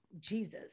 Jesus